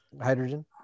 Hydrogen